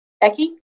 Becky